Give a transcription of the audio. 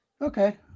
Okay